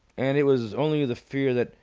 and it was only the fear that,